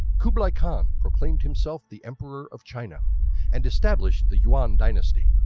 kublai khan proclaimed himself the emperor of china and established the yuan dynasty.